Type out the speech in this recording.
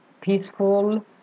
peaceful